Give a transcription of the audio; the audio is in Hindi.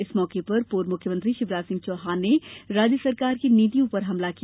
इस मौके पर पूर्व मुख्यमंत्री शिवराज सिंह चौहान ने राज्य सरकार की नीतियों पर हमला किया